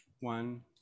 one